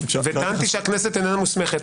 וטענתי שהכנסת איננה מוסמכת.